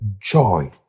joy